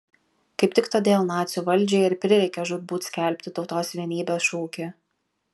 kaip tik todėl nacių valdžiai ir prireikė žūtbūt skelbti tautos vienybės šūkį